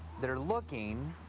they're looking.